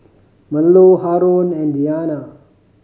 Melur Haron and Diyana